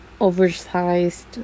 oversized